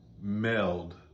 meld